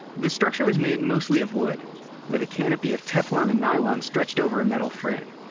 the structure was made mostly of wood with a canopy of teflon and nylon stretched over a metal frame.